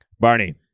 Barney